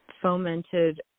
fomented